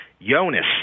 Jonas